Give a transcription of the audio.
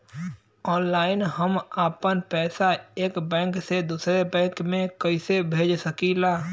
Online हम आपन पैसा एक बैंक से दूसरे बैंक में कईसे भेज सकीला?